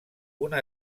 una